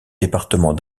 département